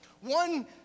One